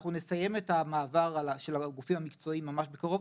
אנחנו נסיים את המעבר של הגופים המקצועיים ממש בקרוב.